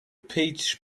peach